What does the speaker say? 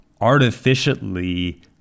artificially